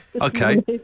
Okay